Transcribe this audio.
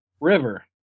River